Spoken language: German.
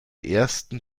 ersten